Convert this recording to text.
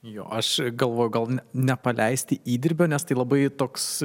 jo aš galvoju gal ne nepaleisti įdirbio nes tai labai toks